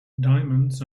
diamonds